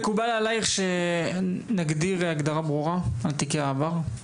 מקובל עליך שנגדיר הגדרה ברורה על תיקי העבר?